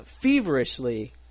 feverishly